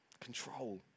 control